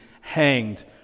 hanged